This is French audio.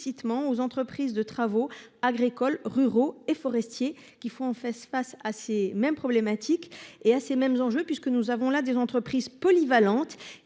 aux entreprises de travaux agricoles ruraux et forestiers qui font face face à ces mêmes problématiques et à ces mêmes enjeux puisque nous avons là des entreprises polyvalente